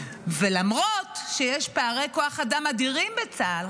ולמרות שיש פערי כוח אדם אדירים בצה"ל,